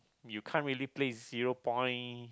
you can't really play zero point